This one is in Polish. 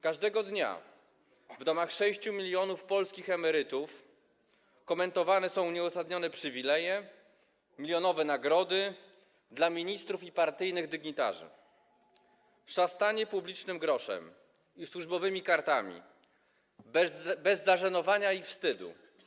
Każdego dnia w domach 6 mln polskich emerytów komentowane są nieuzasadnione przywileje, milionowe nagrody dla ministrów i partyjnych dygnitarzy, szastanie publicznym groszem i służbowymi kartami bez zażenowania i wstydu.